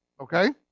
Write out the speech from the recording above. Okay